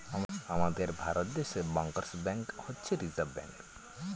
আমাদের ভারত দেশে bankers bank হচ্ছে রিসার্ভ ব্যাঙ্ক